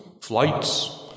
flights